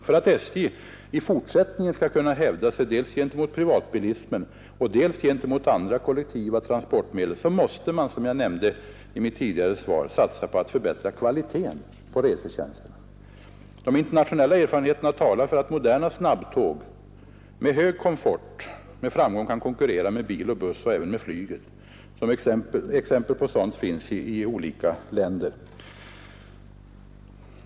För att emellertid SJ i fortsättningen skall kunna hävda sig dels gentemot privatbilismen och dels gentemot andra kollektiva transportmedel måste man, som jag nämnde i mitt tidigare svar, satsa på att förbättra resetjänstens kvalitet. De internationella erfarenheterna talar för att moderna snabbtåg med hög komfort med framgång kan konkurrera med bil och buss, ja, även med flyget. Exempel på sådant finns i olika länder.